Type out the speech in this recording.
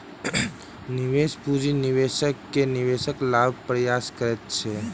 निवेश पूंजी निवेश कअ के निवेशक लाभक प्रयास करैत अछि